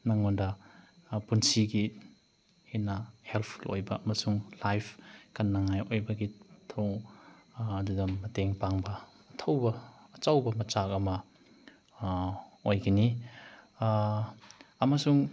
ꯅꯉꯣꯟꯗ ꯄꯨꯟꯁꯤꯒꯤ ꯍꯦꯟꯅ ꯍꯦꯜꯞꯐꯨꯜ ꯑꯣꯏꯕ ꯑꯃꯁꯨꯡ ꯂꯥꯏꯐ ꯀꯟꯅꯉꯥꯏ ꯑꯣꯏꯕꯒꯤ ꯊꯧꯑꯣꯡ ꯑꯗꯨꯗ ꯃꯇꯦꯡ ꯄꯥꯡꯕ ꯑꯊꯧꯕ ꯑꯆꯧꯕ ꯃꯆꯥꯛ ꯑꯃ ꯑꯣꯏꯒꯅꯤ ꯑꯃꯁꯨꯡ